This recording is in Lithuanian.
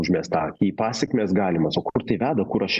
užmest akį į pasekmes galimas o kur tai veda kur aš